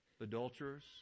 adulterers